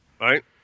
Right